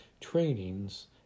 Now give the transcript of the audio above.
trainings